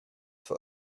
foot